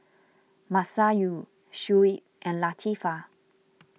Masayu Shuib and Latifa